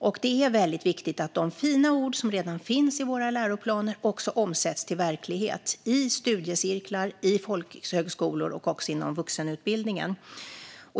Det är väldigt viktigt att de fina ord som redan finns i våra läroplaner också omsätts till verklighet i studiecirklar, i folkhögskolor och inom vuxenutbildningen.